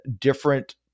different